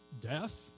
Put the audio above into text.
death